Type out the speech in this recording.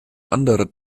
anderer